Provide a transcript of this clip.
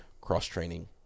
cross-training